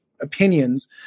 opinions